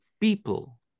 people